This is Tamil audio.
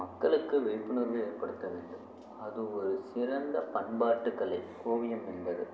மக்களுக்கு விழிப்புணர்வு ஏற்படுத்த வேண்டும் அது ஒரு சிறந்த பண்பாட்டு கலை ஓவியம் என்பது